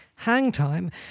Hangtime